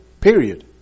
Period